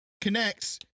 connects